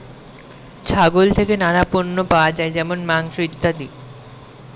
ছাগল থেকে নানা পণ্য পাওয়া যায় যেমন মাংস, ইত্যাদি